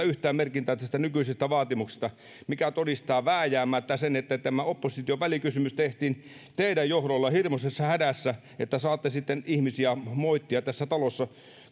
yhtään merkintää tästä nykyisestä vaatimuksesta mikä todistaa vääjäämättä sen että tämä opposition välikysymys tehtiin teidän johdollanne hirmuisessa hädässä että saatte sitten ihmisiä moittia tässä talossa